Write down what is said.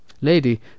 Lady